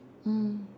mm